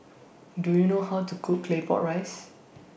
Do YOU know How to Cook Claypot Rice